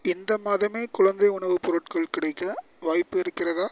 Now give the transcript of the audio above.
இந்த மாதமே குழந்தை உணவுப் பொருட்கள் கிடைக்க வாய்ப்பு இருக்கிறதா